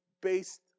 based